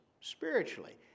spiritually